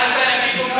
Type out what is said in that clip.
אהלן וסהלן פיכום,